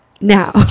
now